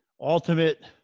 ultimate